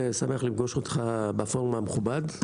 אני שמח לפגוש אותך בפורום המכובד,